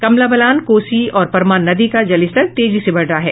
कमला बलान कोसी और परमान नदी का जलस्तर तेजी से बढ़ रहा है